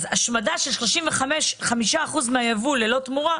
השמדה של 35% מהיבול ללא תמורה,